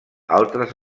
altres